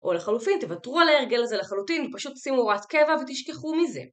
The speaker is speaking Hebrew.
או לחלופין, תוותרו על ההרגל הזה לחלוטין ופשוט תשימו הוראת קבע ותשכחו מזה.